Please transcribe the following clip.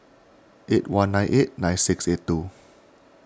eight one nine eight nine six eight two